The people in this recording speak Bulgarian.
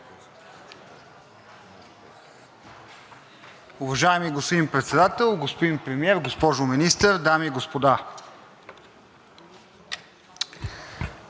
Уважаеми господин Председател, господин Премиер, госпожо Министър, дами и господа!